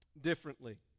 differently